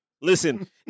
Listen